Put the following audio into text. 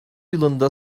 yılında